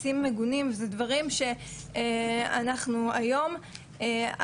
ואני אגיד שאם בעבר הפגיעות היו במקום מתוחם,